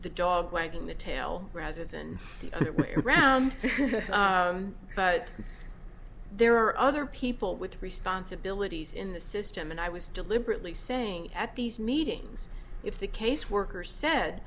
the dog wagging the tail rather than the other way around but there are other people with responsibilities in the system and i was deliberately saying at these meetings if the case